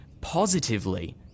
positively